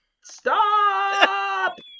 stop